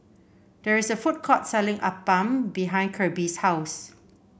there is a food court selling appam behind Kirby's house